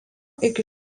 iki